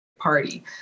party